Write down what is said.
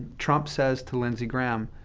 trump says to lindsey graham,